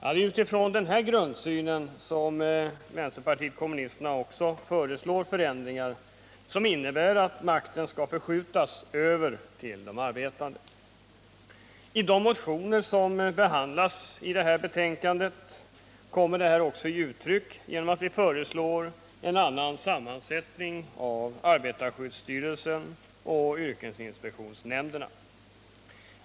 Det är utifrån denna grundsyn som vänsterpartiet kommunisterna också föreslår förändringar som innebär att makten skall förskjutas över till de arbetande. I de motioner som behandlas i detta betänkande kommer det till uttryck genom att vi föreslår en annan sammansättning av arbetarskyddsstyrelsen och yrkesinspektionsnämnderna.